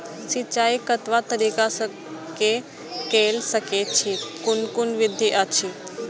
सिंचाई कतवा तरीका स के कैल सकैत छी कून कून विधि अछि?